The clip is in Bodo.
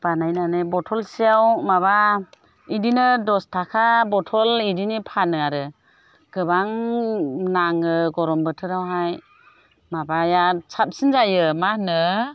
बानायनानै बथलसेयाव माबा बिदिनो दस थाखा बथल बिदिनो फानो आरो गोबां नाङो गरम बोथोरावहाय माबाया साबसिन जायो मा होनो